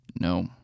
No